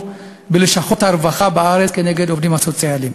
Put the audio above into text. בלשכות הרווחה בארץ כנגד העובדים הסוציאליים.